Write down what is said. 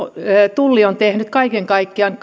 tulli on tehnyt kaiken kaikkiaan